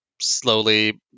slowly